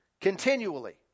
Continually